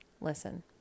listen